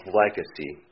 legacy